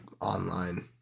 online